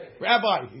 Rabbi